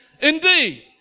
indeed